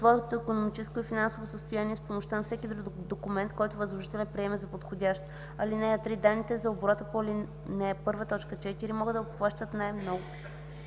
своето икономическо и финансово състояние с помощта на всеки друг документ, който възложителят приеме за подходящ. (3) Данните за оборота по ал. 1, т. 4 могат да обхващат най-много